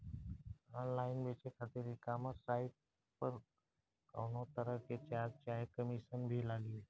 Online बेचे खातिर e commerce site पर कौनोतरह के चार्ज चाहे कमीशन भी लागी?